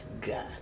God